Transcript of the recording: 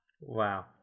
Wow